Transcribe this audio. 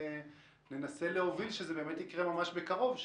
ננסה להוביל שזה יקרה בקרוב.